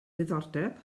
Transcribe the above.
diddordeb